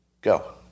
Go